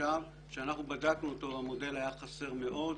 ממוחשב שאנחנו בדקנו אותו והמודל היה חסר מאוד.